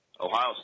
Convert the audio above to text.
Ohio